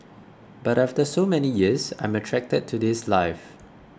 but after so many years I'm attracted to this life